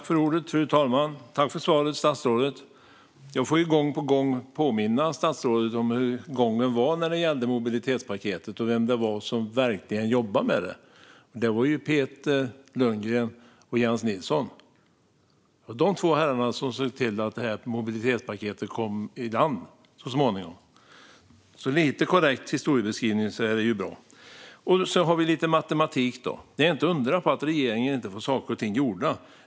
Fru talman! Tack för svaret, statsrådet! Jag får gång på gång påminna statsrådet om hur gången var när det gäller mobilitetspaketet och vilka som verkligen jobbade med det: Det var Peter Lundgren och Jens Nilsson. Det var dessa två herrar som såg till att mobilitetspaketet kom i hamn så småningom. Det är bra med en korrekt historiebeskrivning. Och sedan har vi lite matematik. Det är inte att undra på att regeringen inte får saker och ting gjorda.